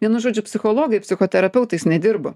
vienu žodžiu psichologai psichoterapeutais nedirbo